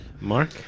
Mark